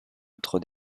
outre